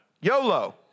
YOLO